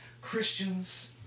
Christians